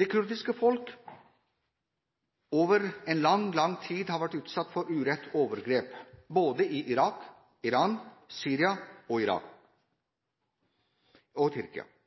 Det kurdiske folk har over lang tid vært utsatt for urett og overgrep, både i Irak, Iran, Syria og Tyrkia. I Irak